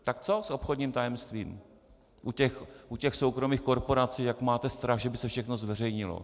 Tak co s obchodním tajemstvím u těch soukromých korporací, jak máte strach, že by se všechno zveřejnilo?